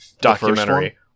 documentary